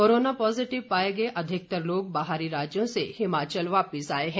corona positive पाए गए अधिकतर लोग बाहरी राज्यों से हिमाचल वापस लौटे हैं